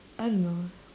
I don't know